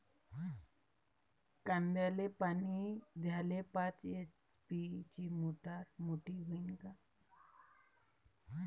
कांद्याले पानी द्याले पाच एच.पी ची मोटार मोटी व्हईन का?